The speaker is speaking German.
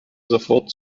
sofort